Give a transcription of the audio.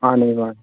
ꯃꯥꯅꯤ ꯃꯥꯅꯤ